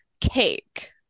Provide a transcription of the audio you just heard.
cake